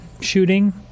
shooting